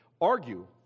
argue